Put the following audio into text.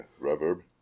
reverb